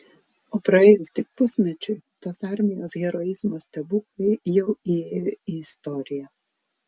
o praėjus tik pusmečiui tos armijos heroizmo stebuklai jau įėjo į istoriją